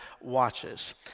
watches